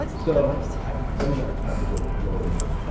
so, i don't even have time to go go into that.